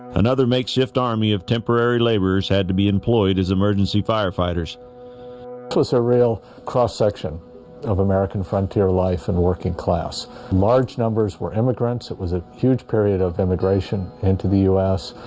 another makeshift army of temporary laborers had to be employed as emergency firefighters it was a real cross-section of american frontier life and working class large numbers were immigrants. it was a huge period of immigration into the u s.